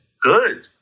good